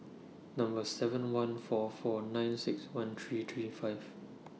Number seven one four four nine six one three three five